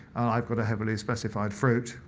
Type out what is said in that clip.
i've got a heavily specified fruit.